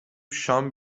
شام